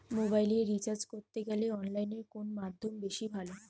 মোবাইলের রিচার্জ করতে গেলে অনলাইনে কোন মাধ্যম বেশি ভালো?